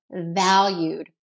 valued